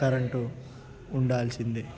current ఉండాల్సిందే